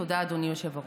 תודה, אדוני היושב-ראש.